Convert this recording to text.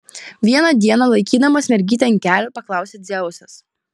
vieną dieną laikydamas mergytę ant kelių paklausė dzeusas